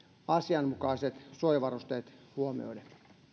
asianmukaiset suojavarusteet huomioiden